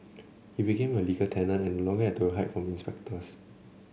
he became a legal tenant and no longer had to hide from the inspectors